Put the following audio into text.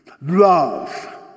love